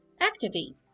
activate